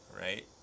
right